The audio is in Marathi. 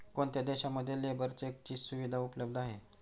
कोणत्या देशांमध्ये लेबर चेकची सुविधा उपलब्ध आहे?